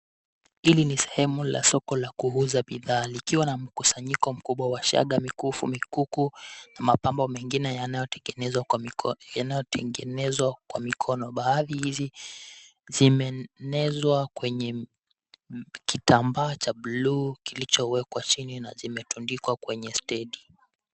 Hili ni sehemu la soko la kuuza bidhaa likiwa na mkusanyiko mkubwa wa shanga, mikufu, mikuku, na mapambo mengine yanayotengenezwa kwa mikono. Baadhi hizi zimeenezwa kwenye kitambaa cha bluu kilichowekwa chini na zimetundikwa kwenye stendi.